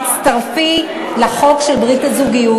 שתצטרפי לחוק של ברית הזוגיות.